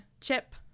Chip